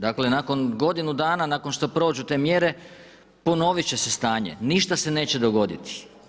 Dakle, nakon godinu dana, nakon što prođu te mjere, ponoviti će se stanje, ništa se neće dogoditi.